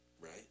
Right